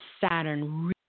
Saturn